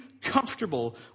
comfortable